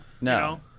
No